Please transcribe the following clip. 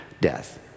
death